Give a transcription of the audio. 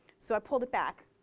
so i pulled it back.